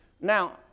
Now